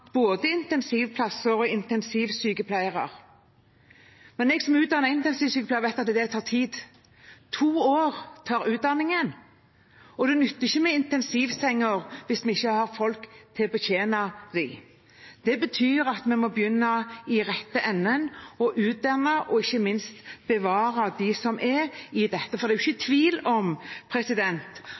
som selv er utdannet intensivsykepleier, vet at det tar tid. To år tar utdanningen, og det nytter ikke med intensivsenger hvis man ikke har folk til å betjene dem. Det betyr at vi må begynne i rette enden og utdanne og ikke minst bevare dem som er der. Det er ikke tvil om